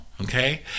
Okay